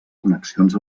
connexions